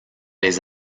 les